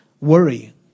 worry